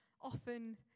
often